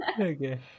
Okay